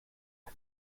ein